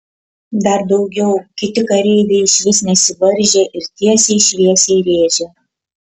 dar daugiau kiti kareiviai išvis nesivaržė ir tiesiai šviesiai rėžė